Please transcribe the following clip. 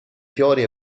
fiori